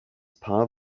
paar